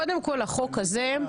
קודם כל החוק הזה הוא חוק